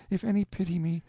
if any pity me,